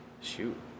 Shoot